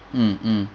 mm mm